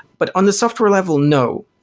but on the software level, no.